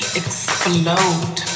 explode